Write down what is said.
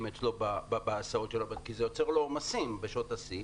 אצלו בהסעות כי זה יוצר לו עומסים בשעות השיא.